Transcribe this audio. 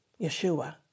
Yeshua